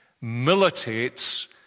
militates